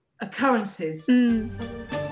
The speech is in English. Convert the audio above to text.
occurrences